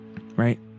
Right